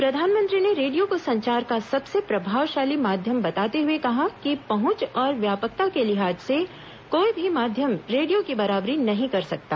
प्रधानमंत्री ने रेडियो को संचार का सबसे प्रभावशाली माध्यम बताते हुए कहा कि पहुंच और व्यापकता के लिहाज से कोई भी माध्यम रेडियो की बराबरी नहीं कर सकता